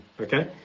okay